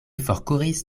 forkuris